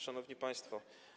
Szanowni Państwo!